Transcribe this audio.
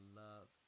love